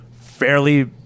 fairly